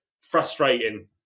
frustrating